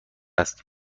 است